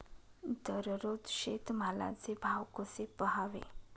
दररोज शेतमालाचे भाव कसे पहावे?